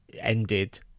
ended